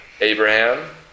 Abraham